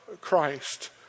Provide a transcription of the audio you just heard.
Christ